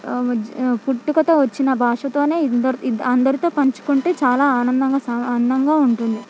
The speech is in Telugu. జీ పుట్టుకతో వచ్చిన భాషతోనే ఇంద అందరితో పంచుకుంటే చాలా ఆనందంగా సా అందంగా ఉంటుంది